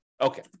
okay